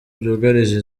byugarije